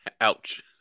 Ouch